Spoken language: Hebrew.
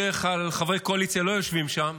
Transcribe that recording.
בדרך כלל חברי קואליציה לא יושבים שם,